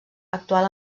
actual